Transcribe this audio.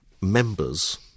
members